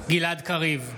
גלעד קריב,